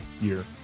year